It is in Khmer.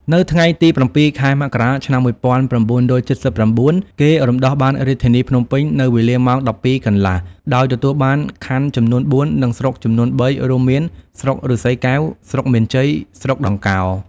នៅថ្ងៃទី ០៧ ខែមករា ឆ្នាំ ១៩៧៩ គេរំដោះបានរាជធានីភ្នំពេញនៅវេលា ម៉ោង ១២ កន្លះ ដោយទទួលបានខណ្ឌចំនួន ៤ និងស្រុកចំនួន ៣ រួមមាន ស្រុកឫស្សីកែវ ស្រុកមានជ័យ ស្រុកដង្កោ។